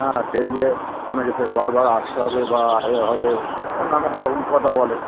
হ্যাঁ দেখলে আপনাকে ফের বারবার আসতে হবে বা এ হবে নানান রকম কথা বলে